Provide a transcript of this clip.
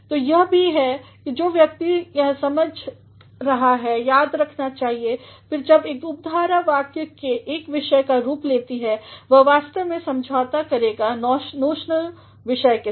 तो यह है जो एक व्यक्ति हो याद रखना चाहिए फिर जब एक उपधारा वाक्य के एक विषय का रूप लेती है वह वास्तव में समझौता करेगा नोशनल विषय के साथ